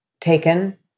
taken